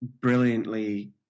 brilliantly